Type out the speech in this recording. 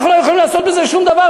אנחנו לא יכולים לעשות בזה שום דבר.